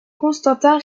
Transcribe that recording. constantin